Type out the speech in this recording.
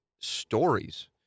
stories